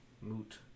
moot